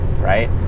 right